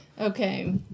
Okay